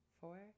four